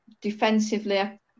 defensively